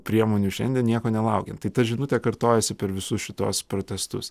priemonių šiandien nieko nelaukiant tai ta žinutė kartojasi per visus šituos protestus